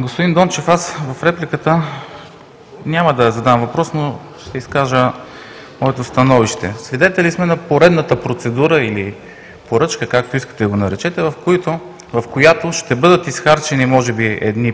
Господин Дончев, в репликата няма да задам въпрос, но ще изкажа моето становище. Свидетели сме на поредната процедура или поръчка, както искате го наречете, в която ще бъдат изхарчени може би едни